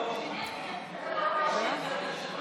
איפה הקואליציה?